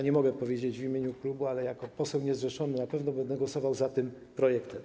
Nie mogę tego powiedzieć w imieniu klubu, ale jako poseł niezrzeszony na pewno będę głosował za tym projektem.